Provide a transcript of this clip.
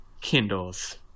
Kindles